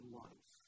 life